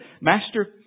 Master